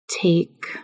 take